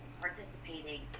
participating